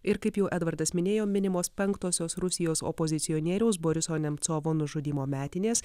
ir kaip jau edvardas minėjo minimos penktosios rusijos opozicionieriaus boriso nemcovo nužudymo metinės